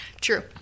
True